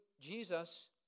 Jesus